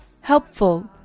Helpful